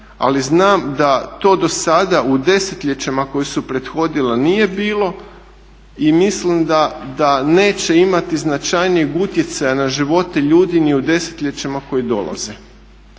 Ali znam da to do sada u desetljećima koja su prethodila nije bilo i mislim da neće imati značajnijeg utjecaja na živote ljudi ni u desetljećima koja dolaze.